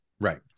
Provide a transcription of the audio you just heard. right